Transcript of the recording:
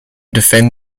defend